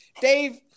Dave